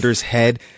head